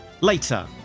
Later